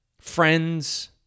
Friends